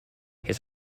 his